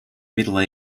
middle